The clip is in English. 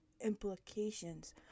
implications